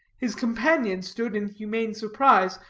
his companion stood in humane surprise,